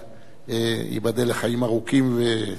ייבדל לחיים ארוכים וטובים.